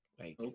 okay